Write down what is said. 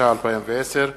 התש"ע 2010,